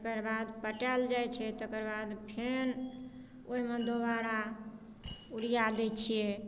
तकरबाद पटायल जाइ छै तकरबाद फेन ओइमे दोबारा यूरिया दै छियै